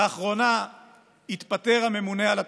לאחרונה התפטר הממונה על התקציבים,